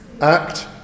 act